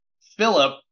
Philip